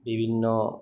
বিভিন্ন